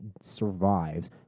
survives